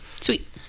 Sweet